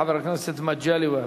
חבר הכנסת מגלי והבה.